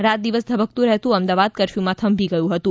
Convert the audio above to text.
રાતદિવસ ધબકતું રહેતું અમદાવાદ કર્ફ્યૂમાં થંભી ગયું હતું